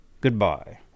Goodbye